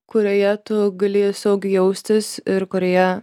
kurioje tu gali saugiai jaustis ir kurioje